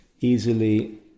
easily